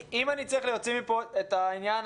אינה, את אומרת